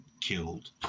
killed